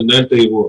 לנהל את האירוע.